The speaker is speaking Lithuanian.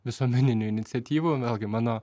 visuomeninių iniciatyvų vėlgi mano